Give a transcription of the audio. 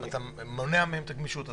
אז אתה מונע מהם את הגמישות הזאת.